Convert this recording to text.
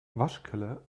waschkeller